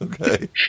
Okay